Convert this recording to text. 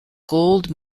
gold